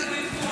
תן לנו עדכון,